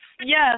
Yes